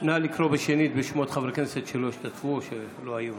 נא לקרוא שנית בשמות חברי הכנסת שלא השתתפו או שלא היו.